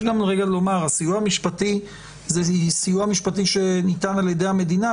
הסיוע המשפטי ניתן על ידי המדינה,